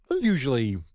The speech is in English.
Usually